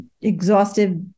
exhaustive